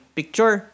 picture